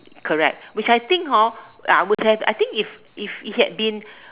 correct which I think hor ah would have I think if if it had been